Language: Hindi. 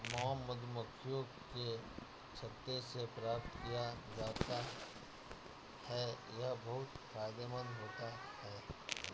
मॉम मधुमक्खियों के छत्ते से प्राप्त किया जाता है यह बहुत फायदेमंद होता है